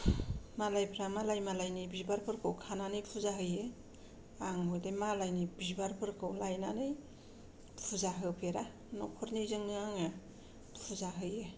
मालायफोरा मालाय मालायनि बिबारफोरखौ खानानै फुजा होयो आं हले मालायनि बिबारफोरखौ लायनानै फुजा होफेरा न'खरनिजोंनो आङो फुजा होयो